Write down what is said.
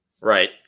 Right